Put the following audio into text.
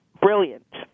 brilliant